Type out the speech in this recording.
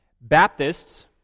Baptists